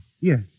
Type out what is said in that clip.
Yes